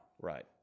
Right